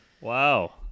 wow